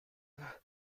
wer